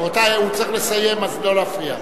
רבותי, הוא צריך לסיים, אז לא להפריע.